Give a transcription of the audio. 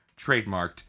trademarked